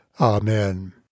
Amen